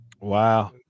Wow